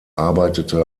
arbeitete